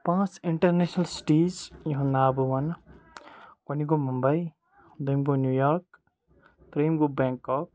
پانٛژھ international cities یِہُنٛد ناو بہٕ وَنہٕ گۄڈٕنیُک گوٚو مُمبَے دٔیِم گوٚو نِویارٕک ترٛیٚیِم گوٚو بٮ۪نٛککاک